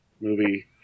movie